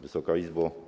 Wysoka Izbo!